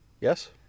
Yes